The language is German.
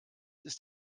ist